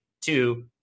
Two